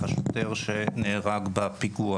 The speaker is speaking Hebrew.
השוטר שנהרג בפיגוע